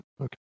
Okay